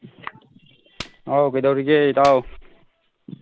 ꯑꯧ ꯀꯩꯗꯧꯔꯤꯒꯦ ꯏꯇꯥꯎ